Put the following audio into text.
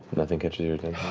nothing catches your